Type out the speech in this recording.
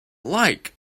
like